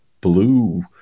blue